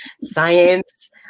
Science